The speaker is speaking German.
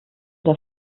der